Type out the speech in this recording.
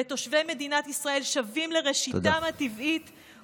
ואת תושבי מדינת ישראל שבים לראשיתם הטבעית,